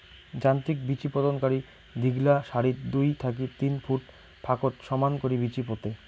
যান্ত্রিক বিচিপোতনকারী দীঘলা সারিত দুই থাকি তিন ফুট ফাকত সমান করি বিচি পোতে